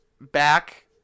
back